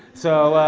so,